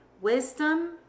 Wisdom